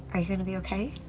are you going to be okay?